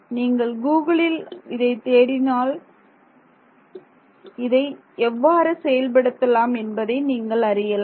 நீங்கள் கூகுளில் இதைத் தேடினாலும் இதை எவ்வாறு செயல்படுத்தலாம் என்பதை நீங்கள் அறியலாம்